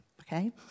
Okay